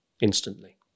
instantly